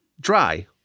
dry